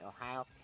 Ohio